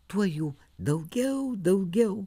tuo jų daugiau daugiau